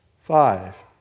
five